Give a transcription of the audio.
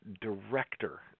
director